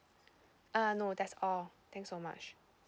uh no that's all thanks so much